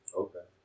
okay